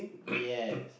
yes